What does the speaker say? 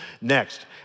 Next